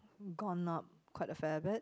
gone up quite a fair bit